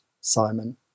Simon